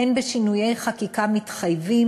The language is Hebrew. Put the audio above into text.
הן בשינויי חקיקה מתחייבים,